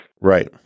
right